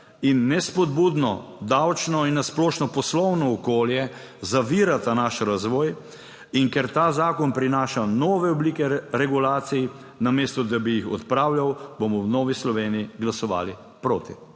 in nespodbudno davčno in na splošno poslovno okolje zavirata naš razvoj in ker ta zakon prinaša nove oblike regulacij, namesto da bi jih odpravljal, bomo v Novi Sloveniji glasovali proti.